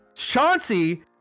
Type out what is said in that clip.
chauncey